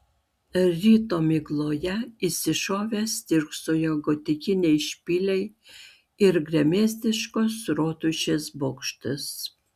ryto migloje išsišovę stirksojo gotikiniai špiliai ir gremėzdiškos rotušės bokštas